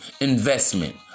investment